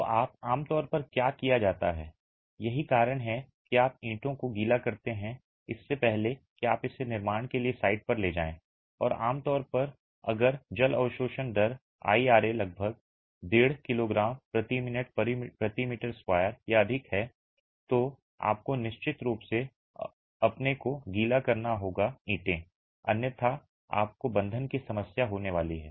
तो आम तौर पर क्या किया जाता है यही कारण है कि आप ईंटों को गीला करते हैं इससे पहले कि आप इसे निर्माण के लिए साइट पर ले जाएं और आमतौर पर अगर जल अवशोषण दर IRA लगभग 15 किलोग्राम मिनट एम 2 या अधिक है तो आपको निश्चित रूप से अपने को गीला करना होगा ईंटें अन्यथा आपको बंधन की समस्या होने वाली है